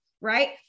right